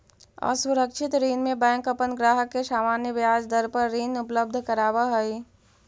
असुरक्षित ऋण में बैंक अपन ग्राहक के सामान्य ब्याज दर पर ऋण उपलब्ध करावऽ हइ